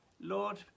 Lord